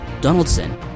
Donaldson